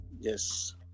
Yes